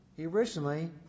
originally